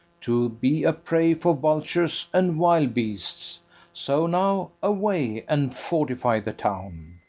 to be a prey for vultures and wild beasts so, now away and fortify the town.